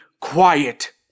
quiet